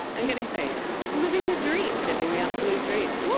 and getting paid. living the dream! living the absolute dream.